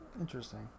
Interesting